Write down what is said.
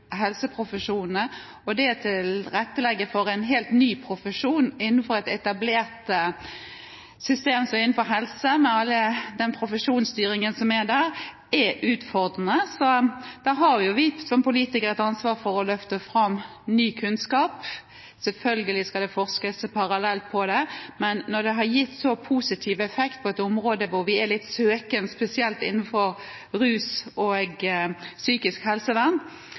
helseprofesjonene, og det å tilrettelegge for en helt ny profesjon innenfor et etablert system, som det er innenfor helsefeltet, med all den profesjonsstyringen som er der, er utfordrende, så der har vi politikere et ansvar for å løfte fram ny kunnskap. Selvfølgelig skal det forskes parallelt på det, men når det har gitt så positiv effekt på et område hvor vi er litt søkende, spesielt innenfor rus og psykisk helsevern,